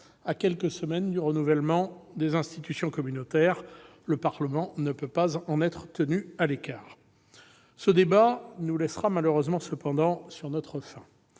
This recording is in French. à quelques semaines du renouvellement des institutions communautaires. Le Parlement ne peut pas en être tenu à l'écart. Ce débat nous laissera cependant sur notre faim.